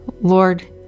Lord